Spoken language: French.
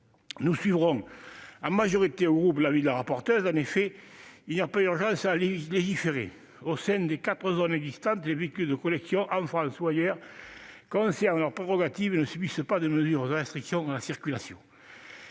du groupe du RDSE suivra l'avis de la rapporteure. En effet, il n'y a pas d'urgence à légiférer. Au sein des quatre zones existantes, les véhicules de collection, en France ou ailleurs, conservent leurs prérogatives et ne subissent pas de mesures de restriction à la circulation.